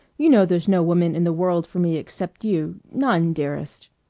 you know there's no woman in the world for me except you none, dearest.